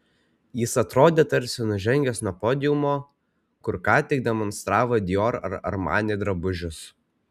jis atrodė tarsi nužengęs nuo podiumo kur ką tik demonstravo dior ar armani drabužius